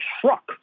truck